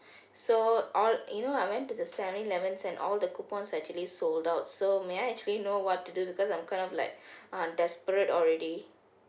so all you know I went to the seven eleven and all the coupons actually sold out so may I actually know what to do because I'm kind of like I'm desperate already